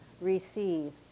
receive